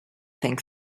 think